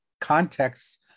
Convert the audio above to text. contexts